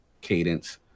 cadence